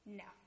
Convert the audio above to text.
no